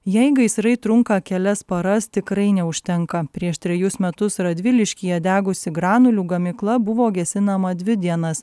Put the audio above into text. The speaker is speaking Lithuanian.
jei gaisrai trunka kelias paras tikrai neužtenka prieš trejus metus radviliškyje degusi granulių gamykla buvo gesinama dvi dienas